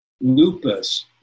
lupus